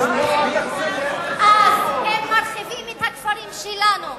אם ירחיבו את הכפרים שלנו,